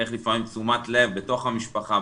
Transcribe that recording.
איך לפעמים תשומת לב בתוך המשפחה,